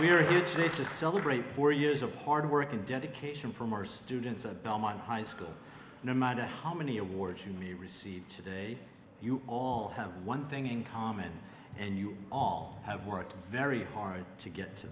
we're here today to celebrate four years of hard work and dedication from our students at belmont high school no matter how many awards received today you all have one thing in common and you all have worked very hard to get to